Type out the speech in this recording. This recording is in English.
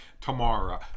tomorrow